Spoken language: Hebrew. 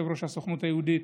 יושב-ראש הסוכנות היהודית.